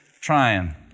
trying